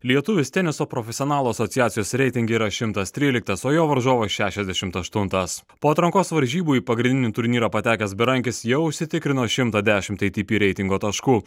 lietuvis teniso profesionalų asociacijos reitinge yra šimtas tryliktas o jo varžovas šešiasdešimt aštuntas po atrankos varžybų į pagrindinį turnyrą patekęs berankis jau užsitikrino šimtą dešimt ei ti pi reitingo taškų